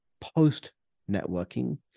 post-networking